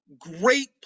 great